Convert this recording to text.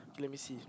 let me see